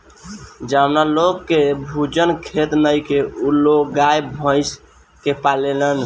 जावना लोग के भिजुन खेत नइखे उ लोग गाय, भइस के पालेलन